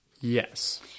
yes